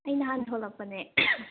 ꯑꯩ ꯅꯍꯥꯟ ꯊꯣꯛꯂꯛꯄꯅꯦ